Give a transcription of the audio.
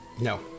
No